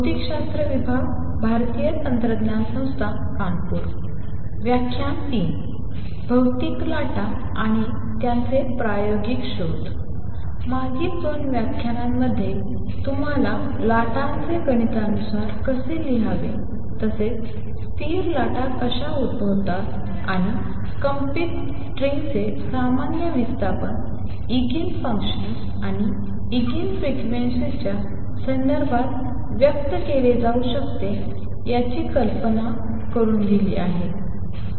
भोतिक लाटा आणि त्यांचे प्रायोगिक शोध मागील 2 व्याख्यानांमध्ये तुम्हाला लाटांचे गणितानुसार कसे लिहावे तसेच स्थिर लाटा कशा उद्भवतात आणि कंपित स्ट्रिंगचे सामान्य विस्थापन इगेन फंक्शन्स आणि इगेन फ्रिक्वेन्सीच्या संदर्भात व्यक्त केले जाऊ शकते या कल्पनेची ओळख करून दिली आहे